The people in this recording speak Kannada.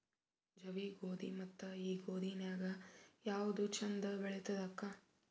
ಜವಿ ಗೋಧಿ ಮತ್ತ ಈ ಗೋಧಿ ನ್ಯಾಗ ಯಾವ್ದು ಛಂದ ಬೆಳಿತದ ಅಕ್ಕಾ?